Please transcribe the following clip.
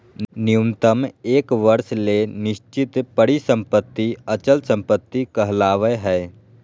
न्यूनतम एक वर्ष ले निश्चित परिसम्पत्ति अचल संपत्ति कहलावय हय